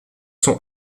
sont